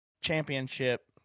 championship